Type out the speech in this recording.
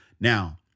Now